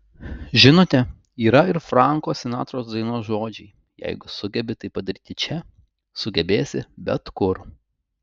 žinote yra ir franko sinatros dainos žodžiai jeigu sugebi tai padaryti čia sugebėsi bet kur